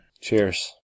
Cheers